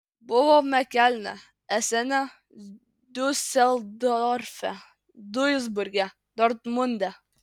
buvome kelne esene diuseldorfe duisburge dortmunde